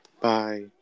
Bye